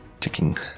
Ticking